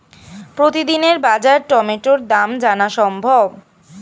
প্রতিদিনের বাজার টমেটোর দাম জানা সম্ভব?